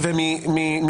מה